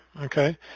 okay